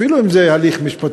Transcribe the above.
אפילו אם זה הליך משפטי,